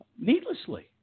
needlessly